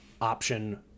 option